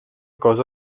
cosa